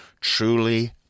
truly